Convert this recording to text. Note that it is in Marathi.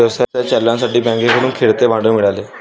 व्यवसाय चालवण्यासाठी बँकेकडून खेळते भांडवल मिळाले